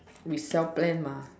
we sell plan mah